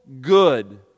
good